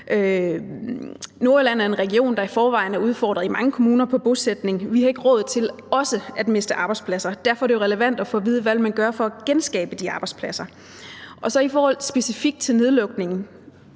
Nordjylland er en region, der i forvejen er udfordret i mange kommuner i forhold til bosætning. Vi har ikke råd til også at miste arbejdspladser, og derfor er det jo relevant at få at vide, hvad man vil gøre for at genskabe de arbejdspladser. Specifikt i forhold til nedlukningen